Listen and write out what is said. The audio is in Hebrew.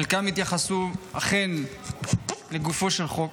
חלקם אכן התייחסו לגופו של החוק,